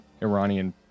Iranian